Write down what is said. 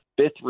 fifth